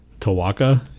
Tawaka